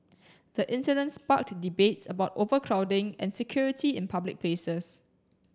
the incident sparked debates about overcrowding and security in public spaces